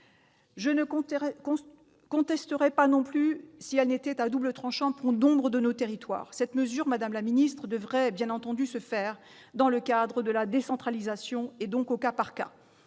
Je ne contesterais pas non plus cette réforme, si elle n'était pas à double tranchant pour nombre de nos territoires. Cette mesure, madame la ministre, devrait bien entendu s'appliquer dans le cadre de la décentralisation, donc au cas par cas.